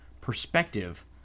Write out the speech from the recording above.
perspective